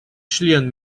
член